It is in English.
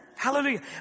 Hallelujah